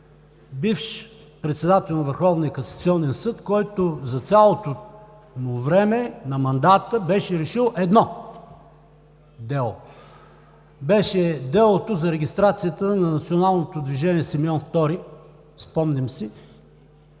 бивш председател на Върховния касационен съд, който за цялото време на мандата си беше решил едно дело – делото за регистрацията на Националното движение „Симеон Втори“, спомням си,